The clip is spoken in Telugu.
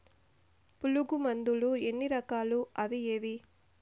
పులుగు మందులు ఎన్ని రకాలు అవి ఏవి?